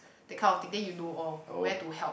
that kind of thing then you know orh where to help